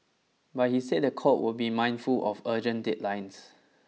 but he said the court would be mindful of urgent deadlines